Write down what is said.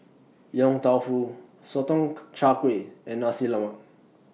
Yong Tau Foo Sotong Char Kway and Nasi Lemak